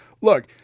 Look